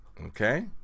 Okay